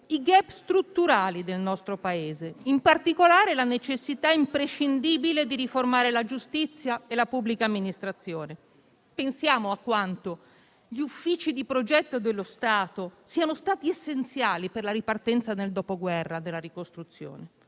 i *gap* strutturali del nostro Paese, in particolare la necessità imprescindibile di riformare la giustizia e la pubblica amministrazione. Pensiamo a quanto gli uffici di progetto dello Stato siano stati essenziali per la ripartenza e la ricostruzione